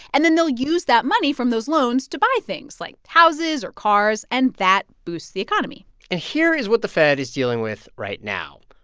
and then they'll use that money from those loans to buy things, like houses or cars, and that boosts the economy and here is what the fed is dealing with right now.